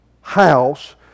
house